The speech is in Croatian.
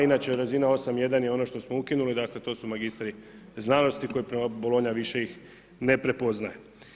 Inače razina 8.1 je ono što smo ukinuli, dakle to su magistri znanosti koji prema bolonja više ih ne prepoznaje.